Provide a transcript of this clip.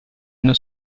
una